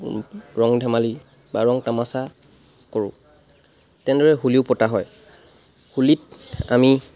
ৰং ধেমালি বা ৰং তামাচা কৰোঁ তেনেদৰে হোলীও পতা হয় হোলীত আমি